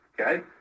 Okay